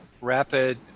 rapid